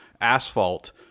asphalt